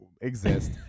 exist